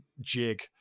jig